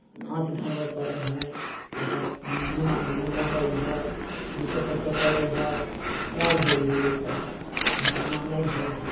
आँच धरबय पड़ै हइ ओहिपर धुआँ होइ हइ लहरै हइ नीपय पोतय पड़ै हइ तब होइ हइ ओहिपर नहि तऽ ओना नहि होइ हइ